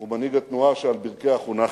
ומנהיג התנועה שעל ברכיה חונכתי.